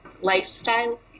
lifestyle